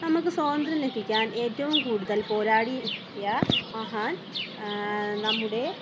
നമുക്ക് സ്വാതന്ത്ര്യം ലഭിക്കാൻ ഏറ്റവും കൂടുതൽ പോരാടിയ മഹാൻ നമ്മുടെ